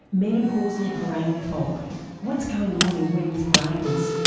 menopausal brain fog what's going on in women's brains?